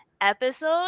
episode